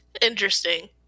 Interesting